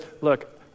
look